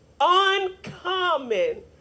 uncommon